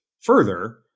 further